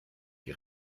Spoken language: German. die